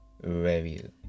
Review